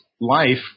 life